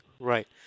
Right